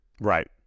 Right